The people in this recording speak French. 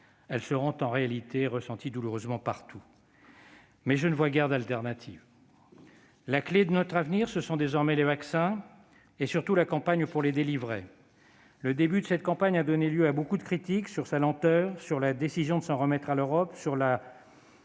elles seront en réalité ressenties douloureusement partout, mais je ne vois guère d'alternative. La clé de notre avenir, ce sont désormais les vaccins et, surtout, la campagne pour les délivrer. Le début de cette campagne a donné lieu à beaucoup de critiques, sur sa lenteur, sur la décision de s'en remettre à l'Europe, sur la